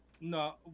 no